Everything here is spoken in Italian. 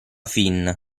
fin